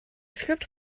script